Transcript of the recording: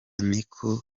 niko